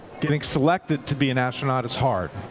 getting selected to be an astronaut is hard.